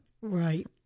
right